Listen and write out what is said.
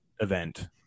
event